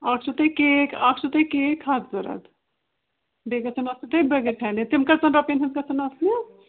اکھ چھُ تُہۍ کیک اکھ چھُ تُہۍ کیک ہتھ ضوٚرتھ بیٚیہِ گَژھن آسٕنۍ تُہۍ بٲگِر خانہِ تِم کٔژن رۄپین ہِنٛدۍ گَژھن آسنہِ